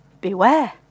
beware